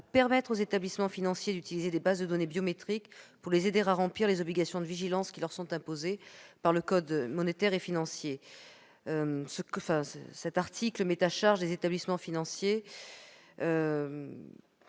permettre aux établissements financiers d'utiliser des bases de données biométriques pour les aider à remplir les obligations de vigilance qui leur sont imposées par le code monétaire et financier. Ces obligations consistent essentiellement en une